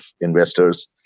investors